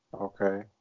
Okay